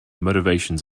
motivations